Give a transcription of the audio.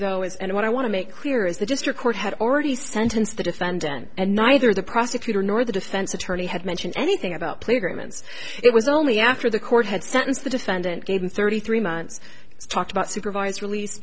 though is and what i want to make clear is the district court had already sentenced the defendant and neither the prosecutor nor the defense attorney had mentioned anything about plea agreements it was only after the court had sentenced the defendant gave him thirty three months talked about supervised release